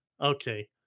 Okay